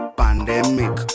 pandemic